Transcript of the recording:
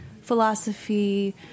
philosophy